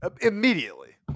immediately